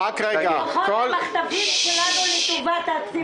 -- לפחות המחטפים שלנו הם לטובת הציבור.